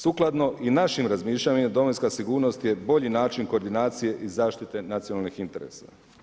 Sukladno i našim razmišljanjima domovinska sigurnost je bolji način koordinacije i zaštite nacionalnih interesa.